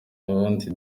ahandi